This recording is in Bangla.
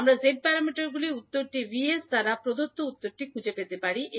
আমরা z প্যারামিটারগুলি উত্তরটি VS দ্বারা প্রদত্ত উত্তরটি খুঁজে পেতে ব্যবহার করতে পারি